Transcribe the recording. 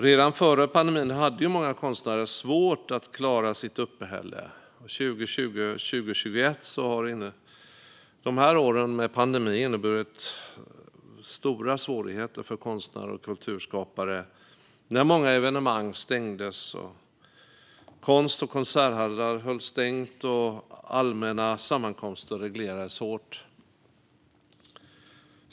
Redan före pandemin hade många konstnärer svårt att klara sitt uppehälle. Åren 2020 och 2021 med pandemin har inneburit stora svårigheter för konstnärer och kulturskapare när många evenemang ställdes in, många konst och konserthallar hölls stängda och allmänna sammankomster reglerades hårt.